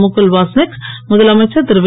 முகுல் வாஸ்னிக் முதலமைச்சர் திருவி